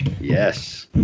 yes